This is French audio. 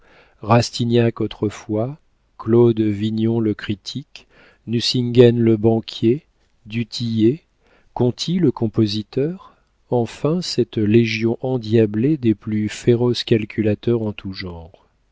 rastignac autrefois claude vignon le critique nucingen le banquier du tillet conti le compositeur enfin cette légion endiablée des plus féroces calculateurs en tout genre